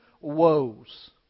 woes